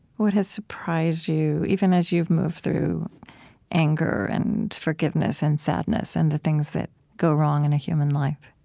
what has surprised you, even as you've moved through anger, and forgiveness, and sadness, and the things that go wrong in a human life?